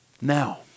Now